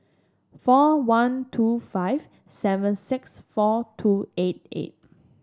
four one two five seven six four two eight eight